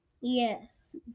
Yes